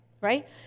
right